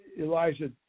Elijah